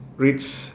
reads